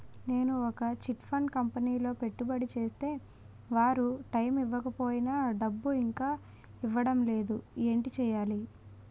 నేను ఒక chit fund కంపెనీలో పెట్టుబడి చేస్తే వారు టైమ్ ఇవ్వకపోయినా డబ్బు ఇంకా ఇవ్వడం లేదు ఏంటి చేయాలి?